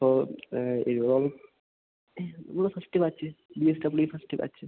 ഓ ഇരുപതോളം നമ്മൾ first batch B S W first batch